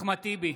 אחמד טיבי,